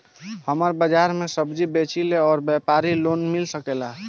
हमर बाजार मे सब्जी बेचिला और व्यापार लोन मिल सकेला?